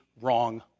wrong